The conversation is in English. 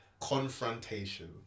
Confrontation